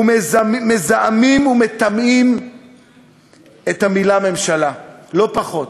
ומזהמים ומטמאים את המילה "ממשלה", לא פחות.